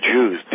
Jews